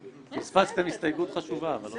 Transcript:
פספסתם הסתייגות חשובה, אבל לא נורא.